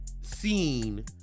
scene